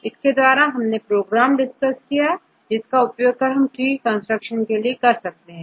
इसके बाद हमने प्रोग्राम डिस्कस किया जिसका उपयोग ट्री कंस्ट्रक्शन में किया जा सकता है